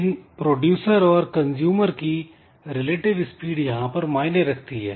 इन producer और consumer की relative speed यहां पर मायने रखती है